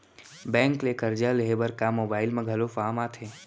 Bank ले करजा लेहे बर का मोबाइल म घलो फार्म आथे का?